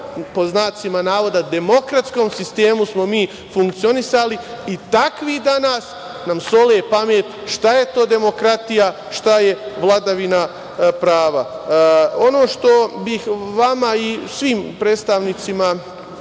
pod znacima navoda demokratskom sistemu smo mi funkcionisali i takvi danas nam sole pamet, šta je to demokratija, šta je vladavina prava. Ono što bih vama i svim predstavnicima